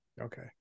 Okay